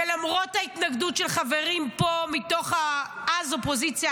ולמרות ההתנגדות של חברים פה מתוך אז אופוזיציה,